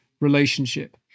relationship